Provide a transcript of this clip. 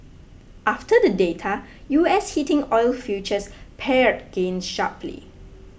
after the data U S heating oil futures pared gains sharply